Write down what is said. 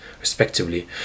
respectively